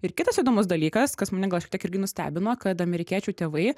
ir kitas įdomus dalykas kas mane gal šiek tiek irgi nustebino kad amerikiečių tėvai